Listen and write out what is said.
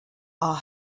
are